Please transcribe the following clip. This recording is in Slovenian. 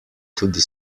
tudi